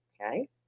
okay